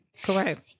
Correct